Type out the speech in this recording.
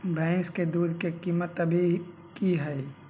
भैंस के दूध के कीमत अभी की हई?